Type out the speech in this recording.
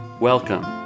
Welcome